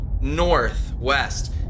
northwest